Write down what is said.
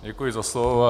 Děkuji za slovo.